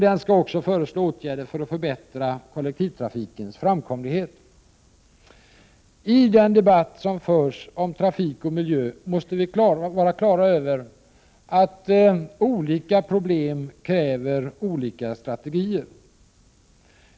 Den skall också föreslå åtgärder för att förbättra kollektivtrafikens framkomlighet. I den debatt som förs om trafik och miljö måste vi vara på det klara med att olika problem kräver olika strategier.